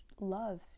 love